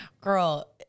Girl